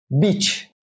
Beach